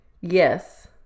Yes